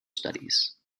studies